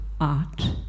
art